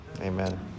Amen